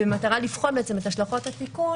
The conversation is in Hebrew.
במטרה לבחון בעצם את השלכות התיקון.